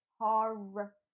Horror